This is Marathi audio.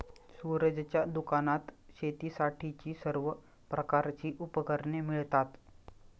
सूरजच्या दुकानात शेतीसाठीची सर्व प्रकारची उपकरणे मिळतात